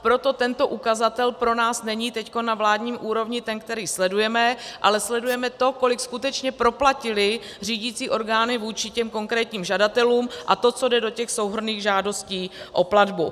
Proto tento ukazatel pro nás není teď na vládní úrovni ten, který sledujeme, ale sledujeme to, kolik skutečně proplatily řídicí orgány vůči těm konkrétním žadatelům, a to, co jde do těch souhrnných žádostí o platbu.